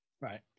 Right